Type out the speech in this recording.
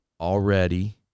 already